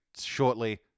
shortly